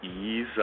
ease